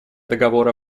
договора